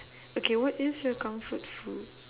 okay what is your comfort food